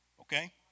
Okay